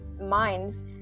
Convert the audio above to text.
minds